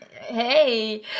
Hey